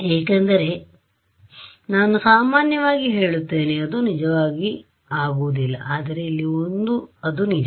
ಏಕೆಂದರೆ ನಾನು ಸಾಮಾನ್ಯವಾಗಿ ಹೇಳುತ್ತೇನೆ ಅದು ನಿಜವಾಗುವುದಿಲ್ಲ ಆದರೆ ಇಲ್ಲಿ ಅದು ನಿಜ